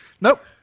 Nope